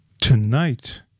tonight